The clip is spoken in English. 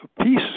peace